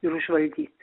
ir užvaldyt